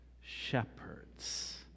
shepherds